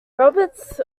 roberts